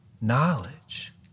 knowledge